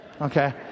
Okay